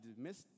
dismissed